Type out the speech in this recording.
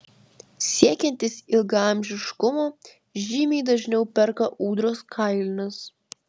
siekiantys ilgaamžiškumo žymiai dažniau perka ūdros kailinius